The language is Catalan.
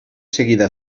seguida